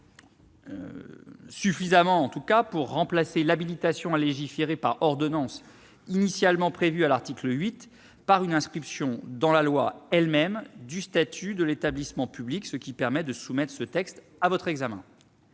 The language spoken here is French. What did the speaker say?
Suffisamment, en tout cas, pour remplacer l'habilitation à légiférer par ordonnance initialement prévue à l'article 8 par une inscription dans la loi elle-même du statut de l'établissement public, ce qui permet de soumettre ce texte à votre examen.